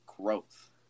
growth